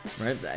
right